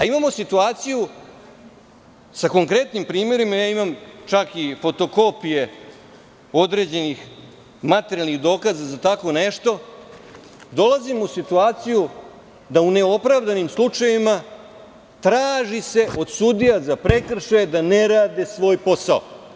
Imamo situaciju sa konkretnim primerima, imam čak i fotokopije određenih materijalnih dokaza za tako nešto, dolazilo u situaciju da u neopravdanim slučajevima, traži se od sudija za prekršaje da ne rade svoj posao.